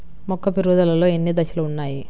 మొక్క పెరుగుదలలో ఎన్ని దశలు వున్నాయి?